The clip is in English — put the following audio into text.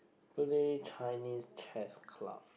only Chinese chess club